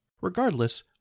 Regardless